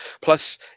Plus